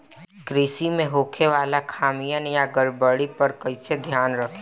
कृषि में होखे वाला खामियन या गड़बड़ी पर कइसे ध्यान रखि?